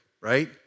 right